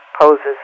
poses